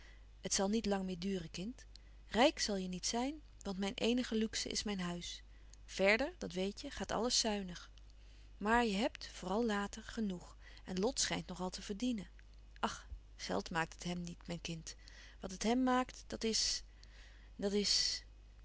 het zal niet lang meer duren kind rijk zal je niet zijn want mijn eenige luxe is mijn huis verder dat weet je gaat alles zuinig maar je hebt vooral later genoeg en lot schijnt nog al te verdienen ach geld maakt het hem niet mijn kind wat het hem maakt dat is dat is